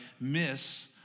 miss